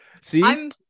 See